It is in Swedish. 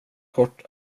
kort